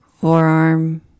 forearm